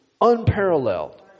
unparalleled